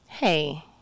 Hey